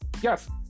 Yes